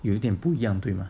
有一点不一样对吗